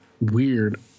weird